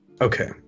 okay